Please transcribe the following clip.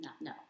No